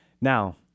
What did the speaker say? Now